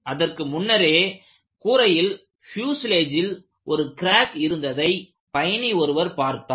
அதற்கு முன்னரே கூரையில் பியூஸ்லேஜில் ஒரு கிராக் இருந்ததை பயணி ஒருவர் பார்த்தார்